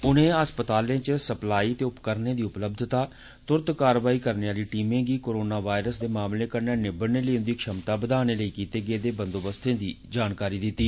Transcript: उनें अस्पतालें च सप्लाई ते उपकरणें दी उपलब्धता तुरंत कारवाई टीमें गी कोरोना वायरस दे मामलें कन्नै निबड़ने तांई उन्दी क्षमता बदाने लेई किते गेदे बंदोबस्तें दी जानकारी दिती